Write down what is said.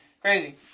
Crazy